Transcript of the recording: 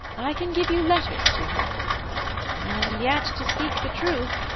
i can give you letters to her and yet, to speak the truth,